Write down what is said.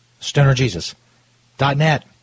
stonerjesus.net